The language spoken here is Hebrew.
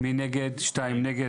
1 נגד,